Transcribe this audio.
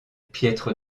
piètre